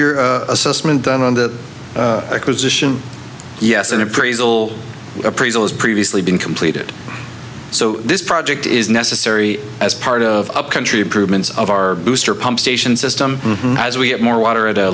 your assessment done on the acquisition yes an appraisal appraisal as previously been completed so this project is necessary as part of a country improvements of our booster pump station system as we get more water at a